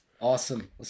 Awesome